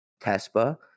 TESPA